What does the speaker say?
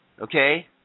Okay